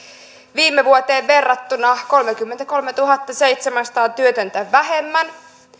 viime vuoteen verrattuna kolmekymmentäkolmetuhattaseitsemänsataa työtöntä vähemmän